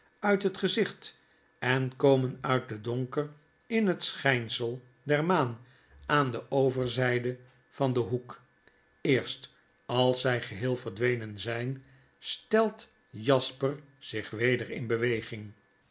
uit het gezicht en komen uit den donker in het schynsel der maan aan de overzyde van den hoek eerst als zij geheel verdwenen zin stelt jasper zich weder in beweging